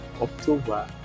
October